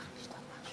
לוועדת המדע.